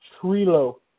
Trilo